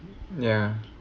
ya